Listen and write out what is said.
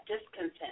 discontent